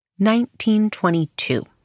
1922